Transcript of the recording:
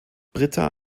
britta